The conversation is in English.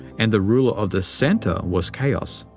and the ruler of the centre was chaos.